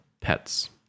pets